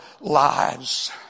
lives